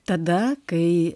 tada kai